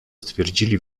stwierdzili